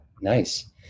nice